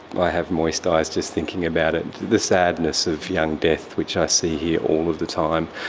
i have moist eyes just thinking about it, the sadness of young death which i see here all of the time.